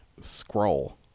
scroll